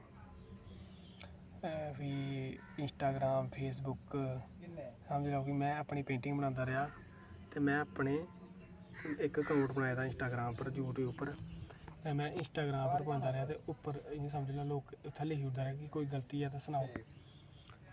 ते फ्ही Instagram Facebook समझी लैओ कि में अपनी पेंटिंग बनांदा रेहा ते अपना इक आकाऊंट बनाये दे इंस्टाग्राम यूट्यूब उप्पर ते एह् समझी लैओ की लोकें गी लिखदा रेहा कि कोई गल्ती ऐ ते सनाओ